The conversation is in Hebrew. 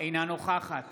אינה נוכחת